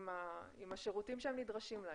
השירותים שהם נדרשים להם.